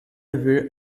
haver